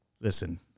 listen